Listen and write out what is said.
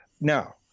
Now